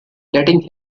letting